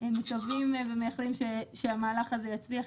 מקווים ומייחלים שהמהלך הזה יצליח,